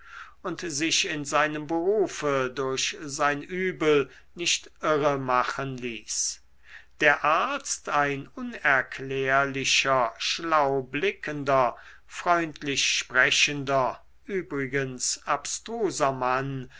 und sich in seinem berufe durch sein übel nicht irre machen ließ der arzt ein unerklärlicher schlau blickender freundlich sprechender übrigens abstruser mann